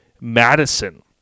Madison